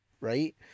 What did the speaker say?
right